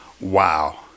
Wow